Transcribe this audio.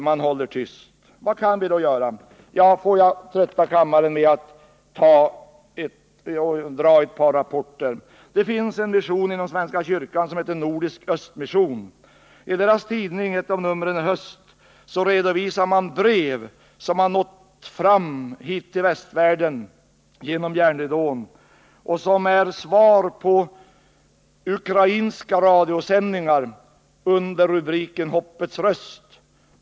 Man håller tyst. Vad kan vi då göra? Ja, får jag trötta kammaren med att dra ett par rapporter. Det finns en mission inom svenska kyrkan som heter Nordisk Östmission. I dess tidning redovisades i ett nummer i höstas brev som nått fram till västvärlden genom järnridån och som är svar på ukrainska radiosändningar under rubriken Hoppets röst.